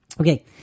Okay